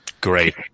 Great